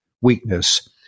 weakness